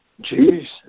Jesus